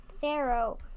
Pharaoh